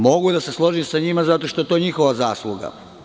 Mogu da se složim sa njima, zato što je to njihova zasluga.